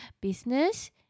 business